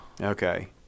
Okay